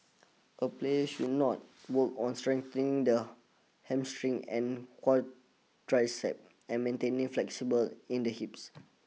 a play should not work on strengthening the hamstring and quadriceps and maintaining flexible in the hips